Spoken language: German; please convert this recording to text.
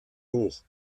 hoch